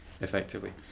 effectively